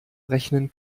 rechnen